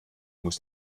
muss